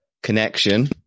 Connection